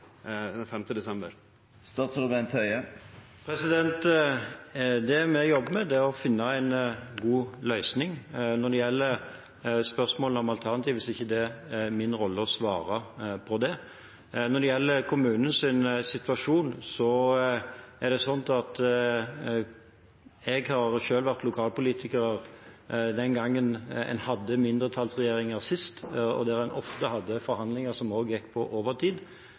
5. desember? Det vi jobber med, er å finne en god løsning. Når det gjelder spørsmål om alternativer, er det ikke min rolle å svare på det. Når det gjelder kommunenes situasjon, er det sånn at jeg har selv vært lokalpolitiker da en tidligere hadde mindretallsregjeringer, og da hadde en ofte forhandlinger som gikk på overtid.